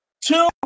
Two